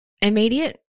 immediate